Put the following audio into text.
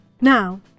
Now